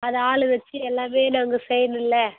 அதை ஆள் வச்சு எல்லாமே நாங்கள் செய்யணும்ல